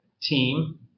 team